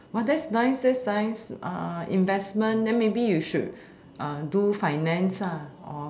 that's nice that's nice investment then maybe you should do finance